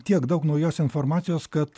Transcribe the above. tiek daug naujos informacijos kad